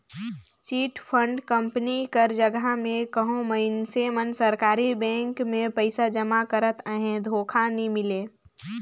chit fund company कर जगहा में कहों मइनसे मन सरकारी बेंक में पइसा जमा करत अहें धोखा नी मिले